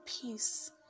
peace